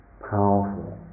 powerful